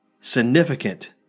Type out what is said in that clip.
significant